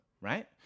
right